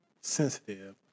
sensitive